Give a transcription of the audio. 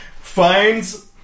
finds